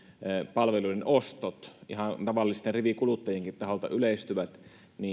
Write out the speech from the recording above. palveluiden ostot ihan tavallisten rivikuluttajienkin taholta yleistyvät